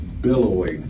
billowing